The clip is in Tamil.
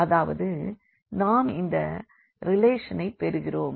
அதாவது நாம் இந்த ரிலேஷனைப் பெறுகிறோம்